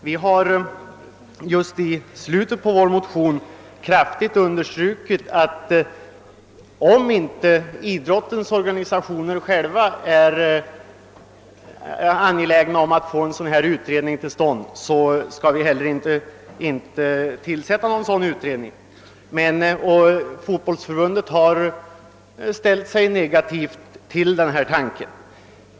Vi har i slutet på motionen kraftigt understrukit, att om inte idrottens organisationer själva är angelägna om att få en sådan utredning till stånd, någon sådan inte heller skall tillsättas, och Fotbollförbundet har ställt sig negativt till den tanken.